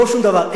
לא שום דבר,